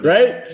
Right